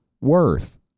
worth